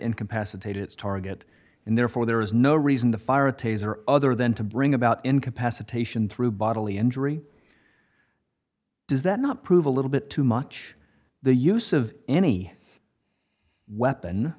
incapacitate its target and therefore there is no reason to fire a taser other than to bring about incapacitation through bodily injury does that not prove a little bit too much the use of any weapon